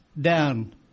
down